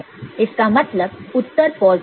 इसका मतलब उत्तर पॉजिटिव है